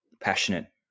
passionate